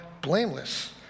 blameless